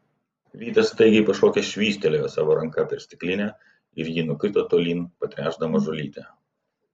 vytas staigiai pašokęs švystelėjo savo ranka per stiklinę ir ji nukrito tolyn patręšdama žolytę